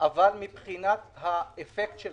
דבר שישפיע מאוד על האקוסיסטם של